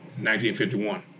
1951